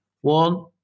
One